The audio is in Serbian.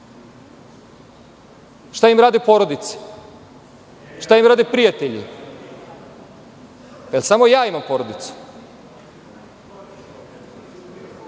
Šta im rade porodice? Šta im rade prijatelji? Da li samo ja imam porodicu?